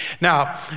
Now